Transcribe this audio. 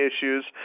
issues